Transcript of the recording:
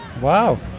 Wow